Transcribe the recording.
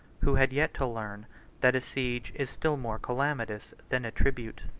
who had yet to learn that a siege is still more calamitous than a tribute.